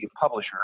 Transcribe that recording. publisher